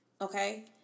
Okay